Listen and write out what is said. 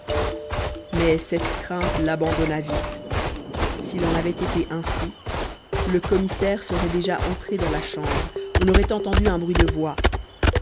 mais cette crainte l'abandonna vite s'il en avait été ainsi le commissaire serait déjà entré dans la chambre on aurait entendu un bruit de voix